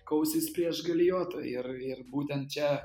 kausis prieš galijotą ir ir būtent čia